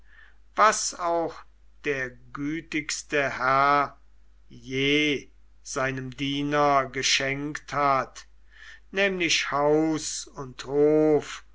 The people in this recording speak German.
was auch der gütigste herr je seinem diener geschenkt hat nämlich haus und hof